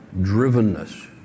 drivenness